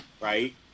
right